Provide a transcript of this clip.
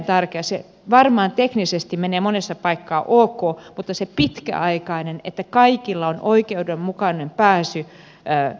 se varmaan teknisesti menee monessa paikkaa ok mutta se pitkäaikainen että kaikilla on oikeudenmukainen pääsy tiedotusvälineisiin on tärkeää